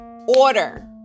order